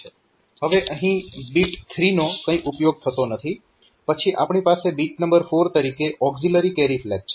હવે અહીં બીટ 3 નો કંઈ ઉપયોગ થતો નથી પછી આપણી પાસે બીટ નંબર 4 તરીકે ઓકઝીલરી કેરી ફ્લેગ છે